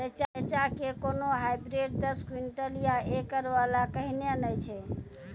रेचा के कोनो हाइब्रिड दस क्विंटल या एकरऽ वाला कहिने नैय छै?